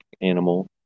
animal